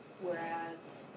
Whereas